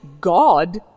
god